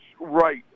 right